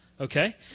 Okay